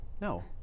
No